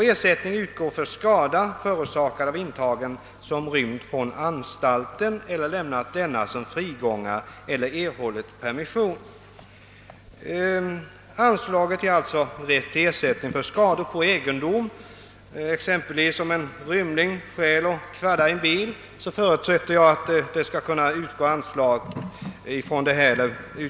Ersättning utgår för skada, förorsakad av intagen som rymt från anstalten eller lämnat denna som frigångare eller erhållit permission. Ersättning från anslaget kan alltså ges för skador på egendom. Om en rymling stjäl eller kvaddar en bil, förutsätter jag att ersättning skall kunna utgå från detta anslag.